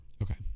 Okay